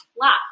laugh